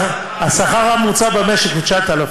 השכר הממוצע במשק הוא 9,000,